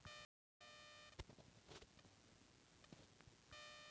NBFC ಕಡೆಯಿಂದ ನಮ್ಮ ಹುಡುಗರಿಗಾಗಿ ಬಾಂಡುಗಳನ್ನ ಖರೇದಿ ಮಾಡಬಹುದೇನ್ರಿ?